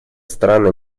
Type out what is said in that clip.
страны